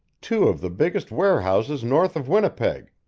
two of the biggest warehouses north of winnipeg,